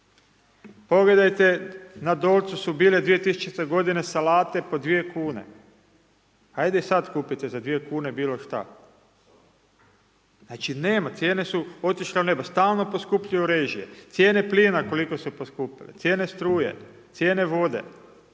Pogledajte na Dolcu su bile 2000 godine salate po 2,00 kn, hajde sad kupite za 2,00 kn bilo šta. Znači, nema, cijene su otišle u nebo, stalno poskupljuju režije, cijene plina koliko su poskupile, cijene struje, cijene vode,